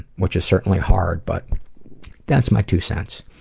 which is certainly hard, but that's my two cents.